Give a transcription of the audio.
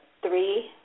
three